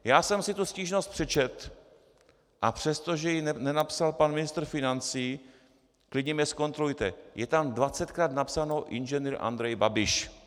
Já jsem si tu stížnost přečetl, a přestože ji nenapsal pan ministr financí, klidně mě zkontrolujte, je tam dvacetkrát napsáno Ing. Andrej Babiš.